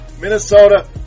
Minnesota